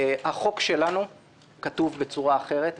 החוק שלנו כתוב בצורה אחרת,